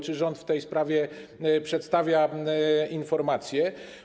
Czy rząd w tej sprawie przedstawia informacje?